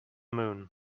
moon